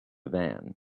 van